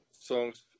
songs